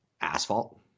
asphalt